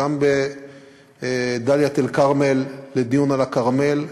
גם בדאלית-אלכרמל לדיון על הכרמל,